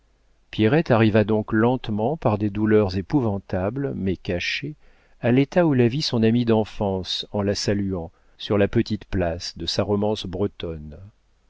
pierrette arriva donc lentement par des douleurs épouvantables mais cachées à l'état où la vit son ami d'enfance en la saluant sur la petite place de sa romance bretonne